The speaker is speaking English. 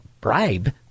bribe